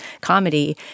comedy